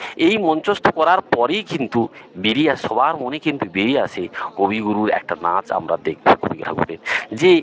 এই মঞ্চস্থ করার পরেই কিন্তু বেরিয়ে সবার মনে কিন্তু বেরিয়ে আসে কবিগুরুর একটা নাচ আমরা দেখবো রবি ঠাকুরের যেই